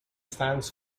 stands